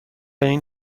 این